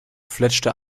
fletschte